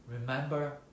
Remember